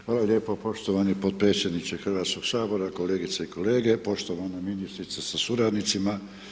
Hvala lijepo poštovani potpredsjedniče Hrvatskog sabora, kolegice i kolege, poštovana ministrice sa suradnicima.